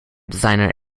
designer